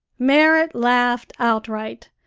merrit laughed outright.